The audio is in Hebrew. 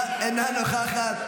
אינה נוכחת.